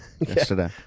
yesterday